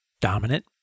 dominant